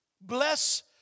Bless